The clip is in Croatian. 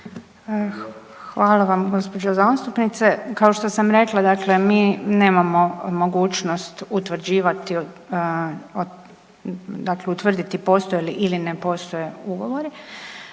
Hvala vam gđo. zastupnice. Kao što sam rekla, dakle mi nemamo mogućnost utvrđivati dakle utvrditi postoje li ili ne postoje ugovori.